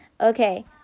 Okay